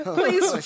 please